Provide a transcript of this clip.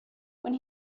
when